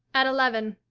at eleven.